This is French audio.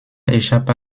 échappe